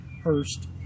Hurst